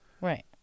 Right